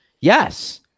Yes